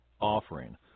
offering